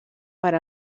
per